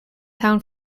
town